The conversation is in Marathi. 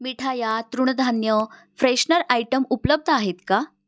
मिठाया तृणधान्य फ्रेशनर आयटम उपलब्ध आहेत का